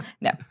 No